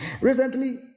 Recently